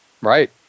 right